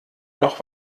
noch